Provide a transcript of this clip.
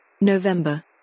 November